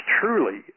truly